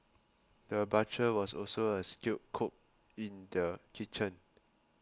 the butcher was also a skilled cook in the kitchen